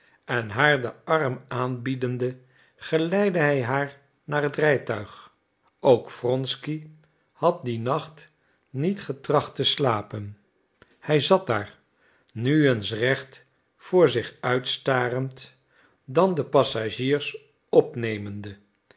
en haar den arm aanbiedende geleidde hij haar naar het rijtuig ook wronsky had dien nacht niet getracht te slapen hij zat daar nu eens recht voor zich uit starend dan de passagiers opnemende